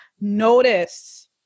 notice